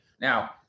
Now